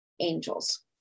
angels